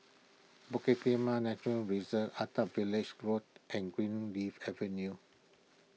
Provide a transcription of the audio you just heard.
Bukit Timah Nature Reserve Attap Valley's Road and Greenleaf Avenue